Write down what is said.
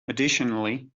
additionally